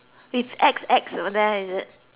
X there is it okay